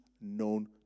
known